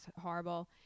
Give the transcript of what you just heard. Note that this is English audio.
horrible